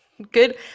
Good